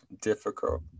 difficult